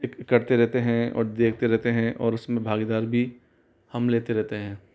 इक करते रहते हैं और देखते रहते हैं और उसमें भागीदार भी हम लेते रहते हैं